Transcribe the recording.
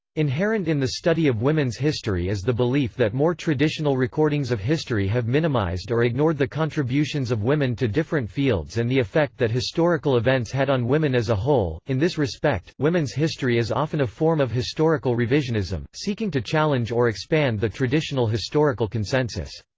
inherent in the study of women's history is the belief that more traditional recordings of history have minimized or ignored the contributions of women to different fields and the effect that historical events had on women as a whole in this respect, women's history is often a form of historical revisionism, seeking to challenge or expand the traditional historical consensus.